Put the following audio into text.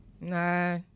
nah